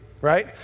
right